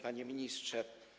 Panie Ministrze!